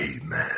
Amen